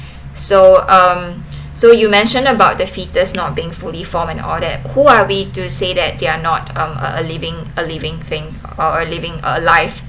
so um so you mention about the fetus not being fully formed and all that who are we to say that they are not um a living a living thing a living a life